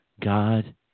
God